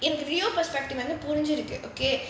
in real perspective வந்து புரிஞ்சிருக்கு:vanthu purinjiruku